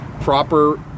proper